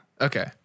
Okay